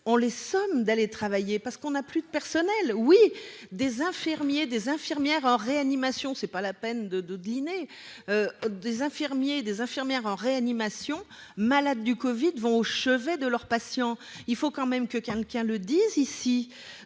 on les sommes d'aller travailler, parce qu'on a plus de personnel, oui, des infirmiers, des infirmières en réanimation, c'est pas la peine de de dîner des infirmiers et des infirmières en réanimation malade du Covid vont au chevet de leurs patients, il faut quand même que quelqu'un le dise ici,